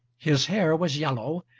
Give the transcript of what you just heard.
his hair was yellow,